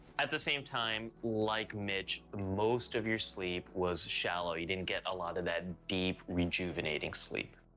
at the same time, like mitch, most of your sleep was shallow, you didn't get a lot of that deep, rejuvenating sleep.